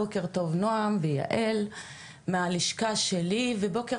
בוקר טוב נועם ויעל מהלשכה שלי ובוקר